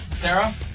Sarah